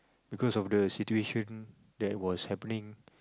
because of the situation that was happening